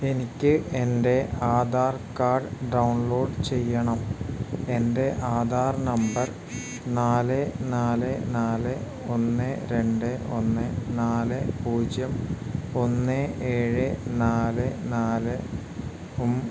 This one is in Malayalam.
എനിക്ക് എൻ്റെ ആധാർ കാഡ് ഡൗൺലോഡ് ചെയ്യണം എൻ്റെ ആധാർ നമ്പർ നാല് നാല് നാല് ഒന്ന് രണ്ട് ഒന്ന് നാല് പൂജ്യം ഒന്ന് ഏഴ് നാല് നാലും